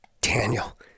Daniel